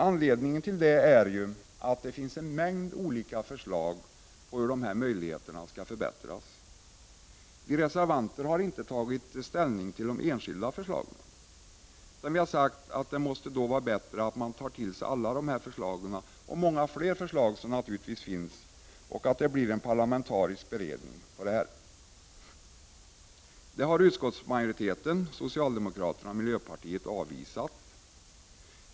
Anledningen till det är att det finns en mängd olika förslag om hur de här möjligheterna skall förbättras. Vi reservanter har inte tagit ställning till de enskilda förslagen — vi har sagt att det måste vara bättre att man tar till sig dem alla och dessutom de många ytterligare förslag som naturligtvis finns och låter en parlamentarisk beredning utreda dem. Den tanken har utskottsmajoriteten — socialdemokraterna och miljöpartiet — avvisat.